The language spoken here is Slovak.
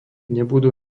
nebudú